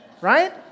Right